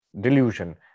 delusion